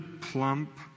plump